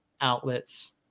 outlets